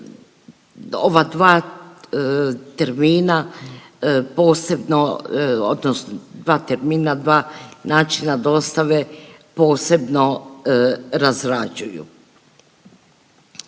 ova dva termina posebno odnosno dva termina, dva načina dostave posebno razrađuju.